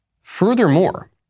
Furthermore